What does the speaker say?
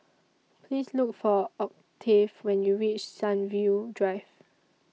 Please Look For Octave when YOU REACH Sunview Drive